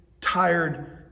tired